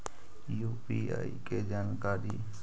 UPI के जानकारी?